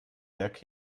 berg